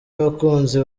abakunzi